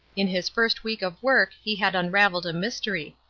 in his first week of work he had unravelled a mystery,